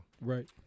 Right